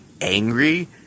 angry